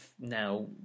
now